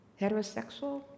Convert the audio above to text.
heterosexual